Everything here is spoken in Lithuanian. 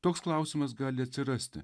toks klausimas gali atsirasti